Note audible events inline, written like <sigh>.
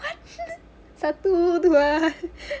<laughs> satu dua